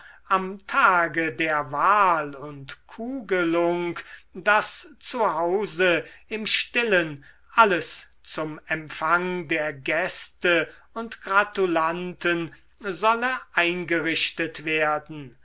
am tage der wahl und kugelung daß zu hause im stillen alles zum empfang der gäste und gratulanten solle eingerichtet werden